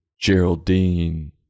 Geraldine